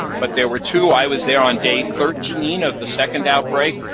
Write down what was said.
but there were two. i was there on day thirteen of the second outbreak.